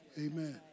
Amen